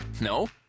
No